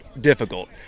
difficult